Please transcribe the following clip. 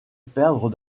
perdre